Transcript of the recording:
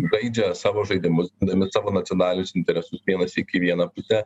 žaidžia savo žaidimus gindami savo nacionalinius interesus vienąsyk į vieną kitą